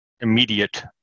immediate